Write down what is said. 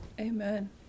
Amen